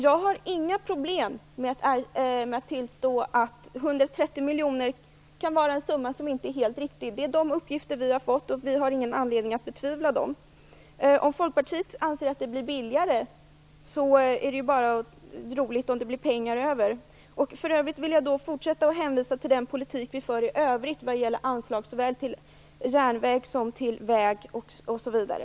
Jag har inga problem med att tillstå att 130 miljoner kan vara en summa som inte är helt riktig. Det är den uppgift som vi har fått. Vi har ingen anledning att betvivla det. Om Folkpartiet anser att det kan bli billigare är det bara roligt om det blir pengar över. För övrigt vill jag fortfarande hänvisa till den politik vi för i övrigt vad gäller anslag till järnvägar, vägar osv.